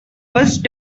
first